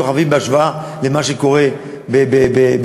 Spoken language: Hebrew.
כוכבים בהשוואה למה שקורה באפריקה.